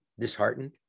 disheartened